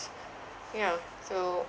yeah so